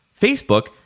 Facebook